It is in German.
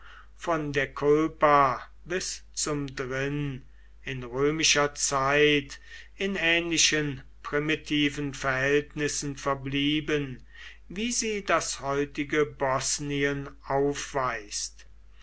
von der kulpa bis zum drin in römischer zeit in ähnlichen primitiven verhältnissen verblieben wie sie das heutige bosnien aufweist